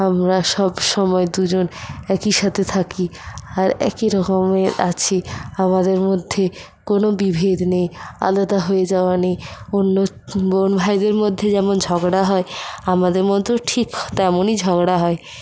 আমরা সব সময় দুজন একই সাথে থাকি আর একই রকমের আছি আমাদের মধ্যে কোনো বিভেদ নেই আলাদা হয়ে যাওয়া নেই অন্য বোন ভাইদের মধ্যে যেমন ঝগড়া হয় আমাদের মধ্যেও ঠিক তেমনই ঝগড়া হয়